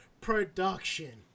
production